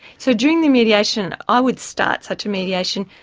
so during the mediation, i would start such a mediation,